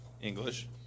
English